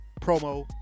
promo